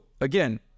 again